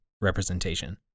representation